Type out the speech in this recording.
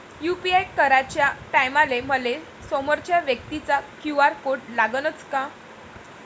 UPI कराच्या टायमाले मले समोरच्या व्यक्तीचा क्यू.आर कोड लागनच का?